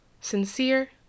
Sincere